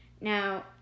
now